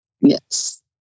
Yes